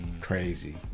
Crazy